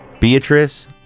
Beatrice